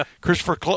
christopher